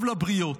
טוב לבריות.